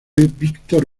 víctor